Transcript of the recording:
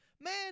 man